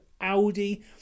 Audi